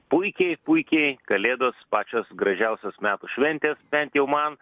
puikiai puikiai kalėdos pačios gražiausios metų šventės bent jau man